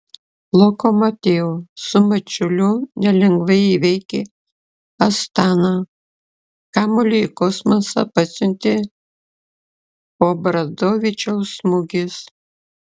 lokomotiv su mačiuliu nelengvai įveikė astaną kamuolį į kosmosą pasiuntė obradovičiaus smūgis